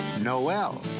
Noel